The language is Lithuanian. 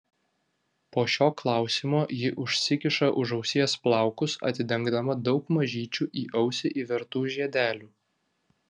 po šio klausimo ji užsikiša už ausies plaukus atidengdama daug mažyčių į ausį įvertų žiedelių